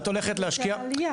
לעודד את העלייה.